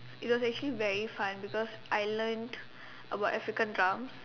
it was actually very fun because I learnt about African drums